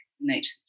nature's